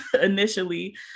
initially